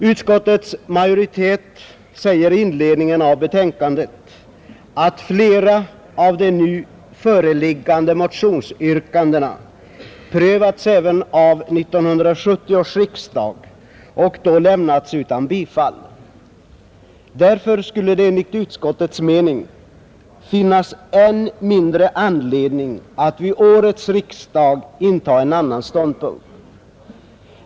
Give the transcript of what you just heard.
Utskottets majoritet säger i inledningen av betänkandet att flera av de nu föreliggande motionsyrkandena prövats även av 1970 års riksdag och då lämnats utan bifall. Därför skulle det enligt utskottets mening finnas än mindre anledning att vid årets riksdag inta en annan ståndpunkt.